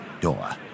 door